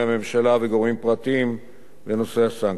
הממשלה וגורמים פרטיים בנושא הסנקציות.